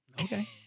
Okay